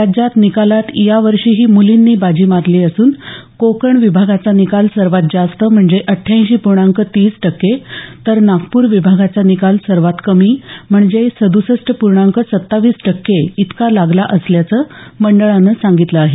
राज्यात निकालात या वर्षीही मु्लींनी बाजी मारली असून कोकण विभागाचा निकाल सर्वात जास्त म्हणजे अट्ट्याऐंशी पूर्णांक तीस टक्के तर नागपूर विभागाचा निकाल सर्वात कमी म्हणजे सदसष्ट पूर्णांक सत्तावीस टक्केइतका लागला असल्याचं मंडळानं सांगितलं आहे